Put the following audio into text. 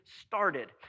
started